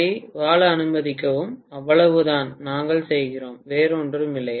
அதை வாழ அனுமதிக்கவும் அவ்வளவுதான் நாங்கள் செய்கிறோம் வேறு ஒன்றும் இல்லை